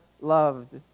loved